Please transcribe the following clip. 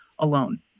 alone